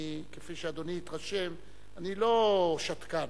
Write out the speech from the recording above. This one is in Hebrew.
כפי שאדוני התרשם, אני לא שתקן.